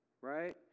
Right